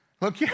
look